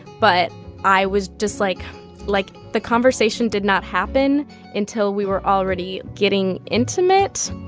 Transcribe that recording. but i was just like like, the conversation did not happen until we were already getting intimate